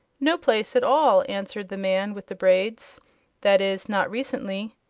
no place at all, answered the man with the braids that is, not recently.